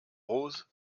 rose